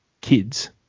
kids